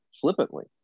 flippantly